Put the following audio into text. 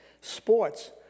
sports